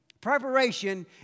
Preparation